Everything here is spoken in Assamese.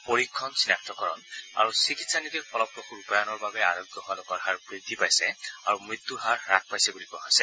পৰীক্ষণ চিনাক্তকৰণ আৰু চিকিৎসা নীতিৰ ফলপ্ৰসূ ৰূপায়ণৰ বাবে আৰোগ্য হোৱা লোকৰ হাৰ বৃদ্ধি পাইছে আৰু মৃত্যুৰ হাৰ হ্থাস পাইছে বুলি কোৱা হৈছে